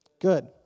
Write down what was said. Good